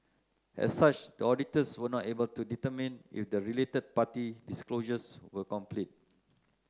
as such the auditors were not able to determine if the related party disclosures were complete